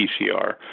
PCR